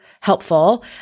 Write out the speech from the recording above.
helpful